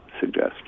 suggest